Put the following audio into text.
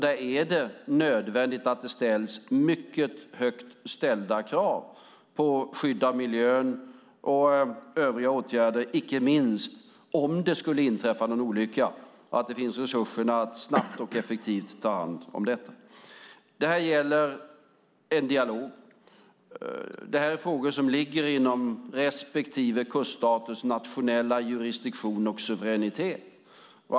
Där är det nödvändigt att det ställs mycket höga krav på skydd av miljön och övriga åtgärder, inte minst om det skulle inträffa någon olycka så att det finns resurser att snabbt och effektivt ta hand om detta. Här gäller det att föra en dialog. Det här är frågor som ligger inom respektive kuststaters nationella jurisdiktion och suveränitet.